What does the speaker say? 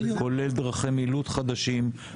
כולל דרכי מילוט חדשים,